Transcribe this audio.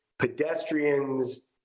pedestrians